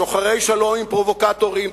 שוחרי שלום עם פרובוקטורים,